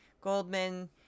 Goldman